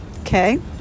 okay